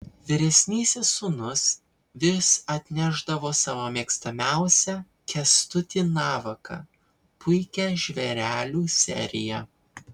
vyresnysis sūnus vis atnešdavo savo mėgstamiausią kęstutį navaką puikią žvėrelių seriją